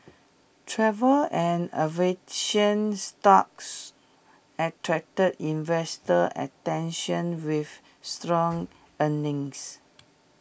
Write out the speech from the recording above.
travel and aviation stocks attracted investor attention with strong earnings